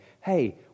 hey